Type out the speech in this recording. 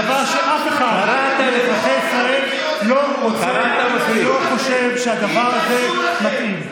דבר שאף אחד מאזרחי ישראל לא רוצה ולא חושב שהדבר הזה מתאים,